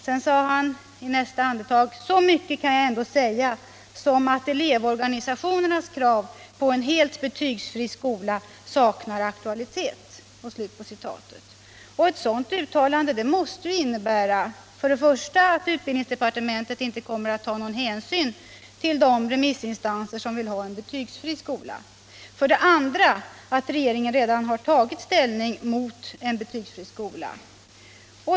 I nästa andetag sade han: Så mycket kan jag ändå säga som att elevorganisationernas krav på en helt betygsfri skola saknar aktualitet. Ett sådant uttalande måste för det första innebära att utbildningsdepartementet inte kommer att ta någon hänsyn till de remissinstanser som vill ha en betygsfri skola och för det andra att regeringen redan har tagit ställning mot en betygsfri skola.